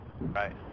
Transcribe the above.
Right